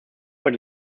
but